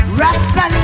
rasta